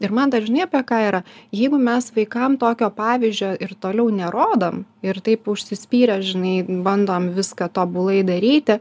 ir man dar žinai apie ką yra jeigu mes vaikam tokio pavyzdžio ir toliau nerodom ir taip užsispyrę žinai bandom viską tobulai daryti